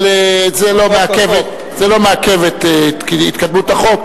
אבל זה לא מעכב את התקדמות החוק.